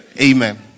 amen